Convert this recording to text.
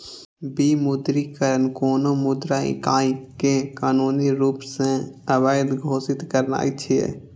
विमुद्रीकरण कोनो मुद्रा इकाइ कें कानूनी रूप सं अवैध घोषित करनाय छियै